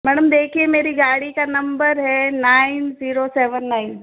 madam देखिए मेरी गाड़ी का नंबर है नाइन ज़ीरो सेवन नाइन